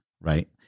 right